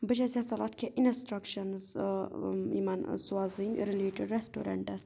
بہٕ چھَس یَژھان اَتھ کیںٛہہ اِنَسٹرٛکشَنٕز یِمَن سوزٕنۍ رِلیٹِڈ رٮ۪سٹورنٛٹَس